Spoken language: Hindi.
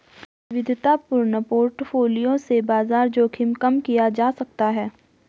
विविधतापूर्ण पोर्टफोलियो से बाजार जोखिम कम किया जा सकता है